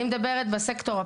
אני מדברת בסקטור הפרטי.